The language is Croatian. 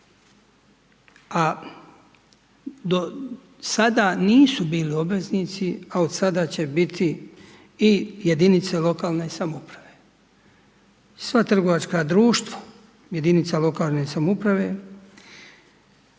a do sada nisu bili obveznici a od sada će biti i jedinice lokalne samouprave, sva trgovačka društva, jedinica lokalne samouprave,